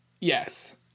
Yes